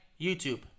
YouTube